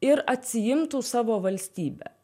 ir atsiimtų savo valstybę